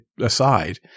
aside